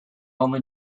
only